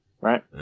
right